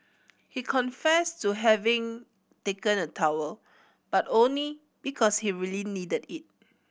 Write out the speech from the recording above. he confessed to having taken a towel but only because he really needed it